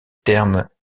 thermes